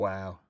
Wow